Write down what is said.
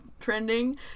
trending